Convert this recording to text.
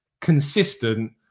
consistent